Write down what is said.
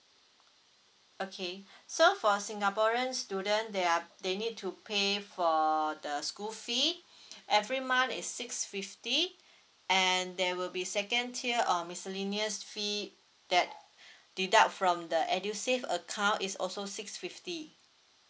okay so for a singaporean student they are they need to pay for the school fee every month is six fifty and there will be second tier or miscellaneous fee that deduct from the edusave account is also six fifty